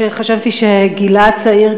שחשבתי שגילה הצעיר,